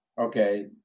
okay